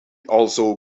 also